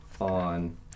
on